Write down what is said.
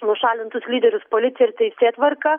nušalintus lyderius policija ir teisėtvarka